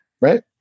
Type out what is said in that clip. right